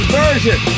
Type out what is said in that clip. version